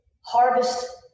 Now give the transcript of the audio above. harvest